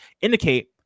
indicate